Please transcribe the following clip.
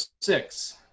six